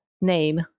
name